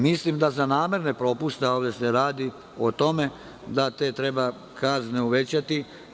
Mislim da za namerne propuste, a ovde se radi o tome, da treba te kazne uvećati.